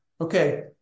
okay